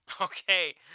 Okay